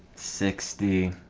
sixty